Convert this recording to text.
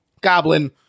Goblin